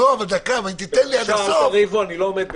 אל תריבו, אני לא עומד בזה...